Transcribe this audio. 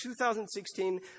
2016